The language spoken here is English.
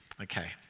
okay